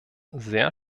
sehr